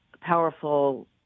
powerful